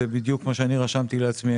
זה בדיוק מה שרשמתי לעצמי,